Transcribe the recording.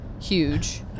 huge